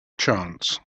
chance